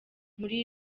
muri